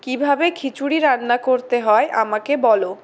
কিভাবে খিচুড়ি রান্না করতে হয় আমাকে বলো